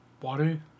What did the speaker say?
Water